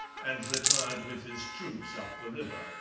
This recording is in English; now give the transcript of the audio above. and retired with his troops up the river.